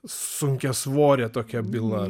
sunkiasvorė tokia byla